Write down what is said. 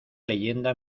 leyenda